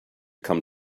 come